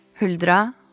Huldra